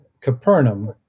Capernaum